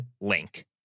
link